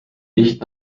nicht